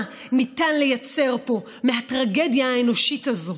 ניתן לייצר פה מהטרגדיה האנושית הזאת.